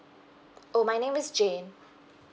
oh my name is jane